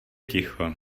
ticho